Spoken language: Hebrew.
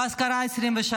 ואז קרה 2023,